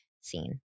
scene